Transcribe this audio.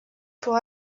pour